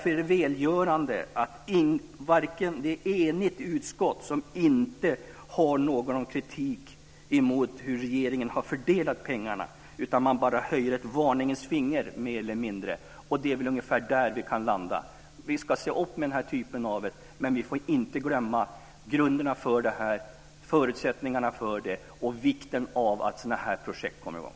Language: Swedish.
Det är därför välgörande att det är ett enigt utskott som inte framför någon kritik mot hur regeringen har fördelat pengarna, utan man höjer bara ett varningens finger. Det är väl ungefär där vi kan landa. Vi ska se upp med den här typen av ärenden, men vi får inte glömma förutsättningarna för och vikten av att sådana här projekt kommer i gång.